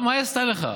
מה היא עשתה לך?